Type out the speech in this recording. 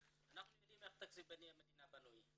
אנחנו יודעים איך תקציב המדינה בנוי.